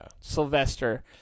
Sylvester